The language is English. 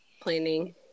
planning